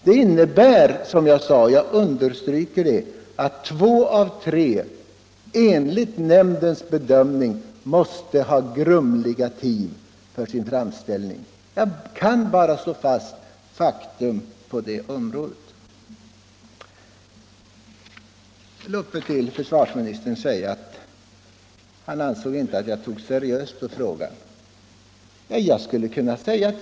Det innebär, som jag sade och det vill jag understryka, att två av tre sökande enligt nämndens bedömning måste ha haft grumliga motiv för sin framställning. Jag kan bara slå fast faktum. Försvarsministern ansåg inte att jag tog seriöst på den här frågan.